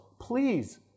please